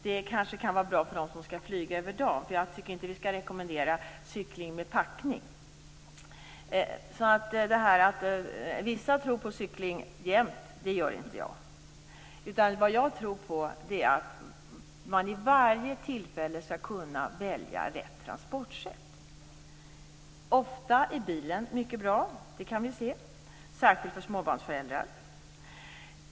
Det är kanske bra för dem som skall flyga och vara borta över dagen, men jag tycker inte att vi skall rekommendera cykling med packning. Vissa tror på detta med cykling jämt, men det gör inte jag. Jag tror på att man vid varje tillfälle skall kunna välja rätt transportsätt. Ofta är bilen mycket bra; det kan vi se. Särskilt gäller det för småbarnsföräldrar.